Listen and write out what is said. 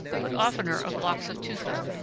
but oftener of blocks of tufa,